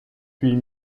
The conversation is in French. huit